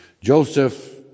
Joseph